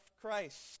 Christ